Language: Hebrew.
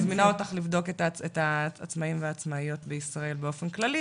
אני מזמינה אותך לבדוק את העצמאים והעצמאיות בישראל באופן כללי,